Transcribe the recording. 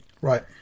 right